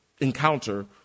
encounter